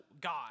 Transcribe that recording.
God